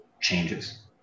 changes